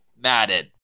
Madden